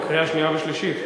בקריאה שנייה ושלישית.